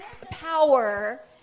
power